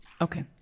Okay